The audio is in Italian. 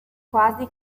quasi